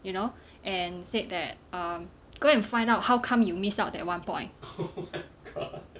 you know and said that um go and find out how come you miss out that one point